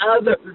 others